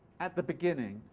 at the beginning,